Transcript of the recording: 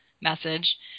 message